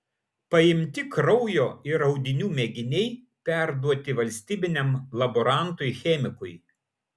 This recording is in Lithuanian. paimti kraujo ir audinių mėginiai perduoti valstybiniam laborantui chemikui